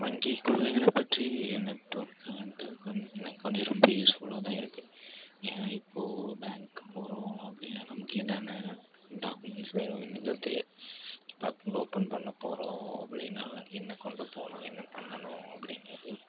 வங்கிக் கொள்கைகளை பற்றி நெட்ஒர்க் வந்துட்டு கொஞ்ச எனக்கு கொஞ்ச ரொம்ப யூஸ்ஃபுல்லாக தான் இருக்கு ஏன்னா இப்போ பேங்க்கு போகறோம் அப்படின்னா நமக்கு என்னென்ன டாக்குமெண்ட்ஸ் வேணும் வேணுங்கறது தெரியாது இப்போ அக்கௌண்ட் ஓப்பன் பண்ண போகறோம் அப்படின்னா என்ன கொண்டு போகணும் என்ன பண்ணனும் அப்படிங்கறது